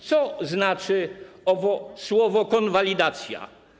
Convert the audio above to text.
Co znaczy owo słowo „konwalidacja”